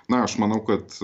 na aš manau kad